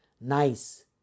nice